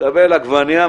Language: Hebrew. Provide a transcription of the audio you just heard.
מקבל עגבנייה,